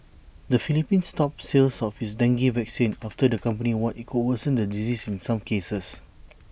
the Philippines stopped sales of his dengue vaccine after the company warned IT could worsen the disease in some cases